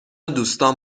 دوستام